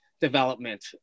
development